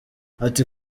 ati